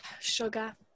Sugar